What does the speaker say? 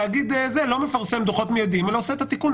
תאגיד כזה לא מפרסם דוחות מיידיים אלא עושה את התיקון.